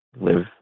live